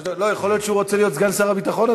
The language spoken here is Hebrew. יכול להיות שהוא רוצה להיות סגן שר הביטחון,